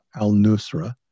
Al-Nusra